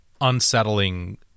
unsettling